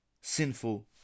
sinful